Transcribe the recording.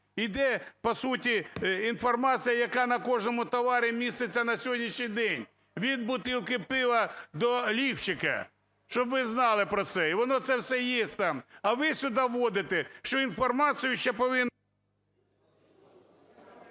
І де, по суті, інформація, яка на кожному товарі міститься на сьогоднішній день від бутылки пива до ліфчика. Щоб ви знали про це і воно це все есть там. А ви сюди водите, що інформацію ще…